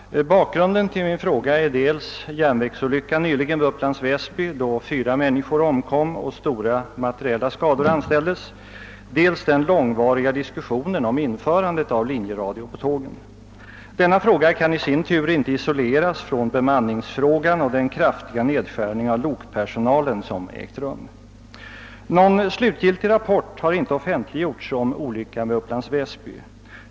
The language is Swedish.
Herr talman! Bakgrunden till min fråga är dels järnvägsolyckan nyligen vid Upplands Väsby då fyra mäninskor omkom och stora materiella skador anställdes, dels den långvariga diskussionen om införande av linjeradio på tågen. Denna fråga kan i sin tur inte isoleras från bemanningsfrågan och den kraftiga nedskärning av lokpersonalen som ägt rum. Någon slutgiltig rapport har inte offentliggjorts om olyckan vid Upplands Väsby.